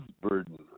burden